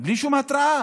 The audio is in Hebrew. בלי שום התראה.